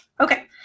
okay